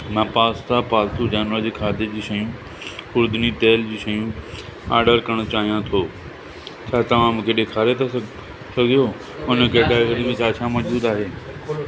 मां पास्ता पालतू जानवर जे खाधे जूं शयूं खुर्दनी तेल जूं शयूं आर्डर करणु चाहियां थो छा तव्हां मूंखे ॾेखारे था स सघियो उन कैटेगरीअ में छा छा मौजूदु आहे